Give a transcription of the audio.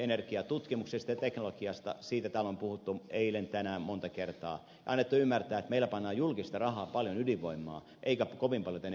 siitä täällä on puhuttu eilen tänään monta kertaa ja annettu ymmärtää että meillä pannaan julkista rahaa paljon ydinvoimaan eikä kovin paljon tänne uusiutuvaan